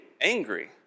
angry